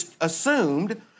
assumed